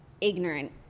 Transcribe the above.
ignorant